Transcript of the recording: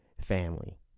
family